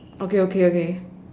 okay okay okay